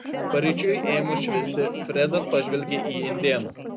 paryčiui ėmus švisti fredas pažvelgė į indėną